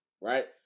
right